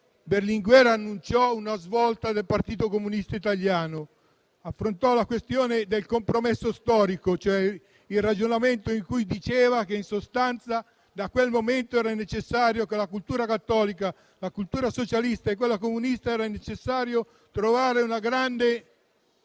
Berlinguer annunciò una svolta del Partito Comunista Italiano. Affrontò la questione del compromesso storico, cioè il ragionamento in cui diceva che, in sostanza, da quel momento era necessario che la cultura cattolica, la cultura socialista e quella comunista trovassero un grande